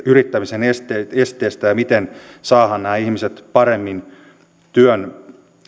yrittämisen esteistä ja siitä miten saadaan nämä ihmiset paremmin työn